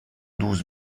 douze